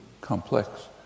complex